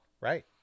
Right